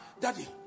Daddy